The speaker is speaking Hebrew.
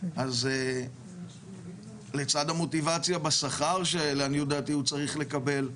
- אז לצד המוטיבציה בשכר שלעניות דעתי הוא צריך לקבל,